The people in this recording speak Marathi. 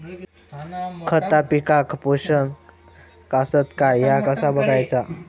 खता पिकाक पोषक आसत काय ह्या कसा बगायचा?